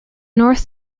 north